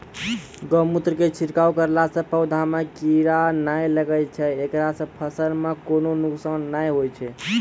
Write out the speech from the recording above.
गोमुत्र के छिड़काव करला से पौधा मे कीड़ा नैय लागै छै ऐकरा से फसल मे कोनो नुकसान नैय होय छै?